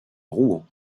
rouen